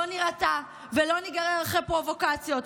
לא נירתע ולא ניגרר אחרי פרובוקציות,